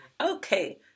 Okay